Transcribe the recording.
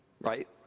right